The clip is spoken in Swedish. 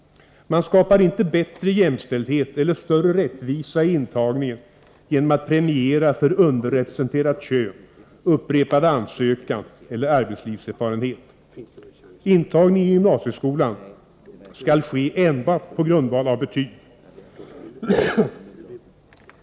Man skapar inte bättre jämställdhet eller större rättvisa i intagningen genom att premiera för underrepresenterat kön, upprepad ansökan eller arbetslivserfarenhet. Intagning i gymnasieskolan skall ske enbart på grundval av betyg.